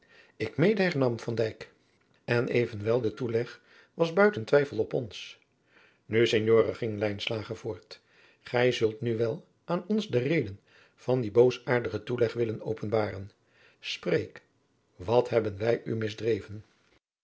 van dijk en evenwel de toeleg was buiten twijfel op ons nu signore ging adriaan loosjes pzn het leven van maurits lijnslager lijnslager voort gij zult nu wel aan ons de reden van dien boosaardigen toeleg willen openbaren spreek wat hebben wij u misdreven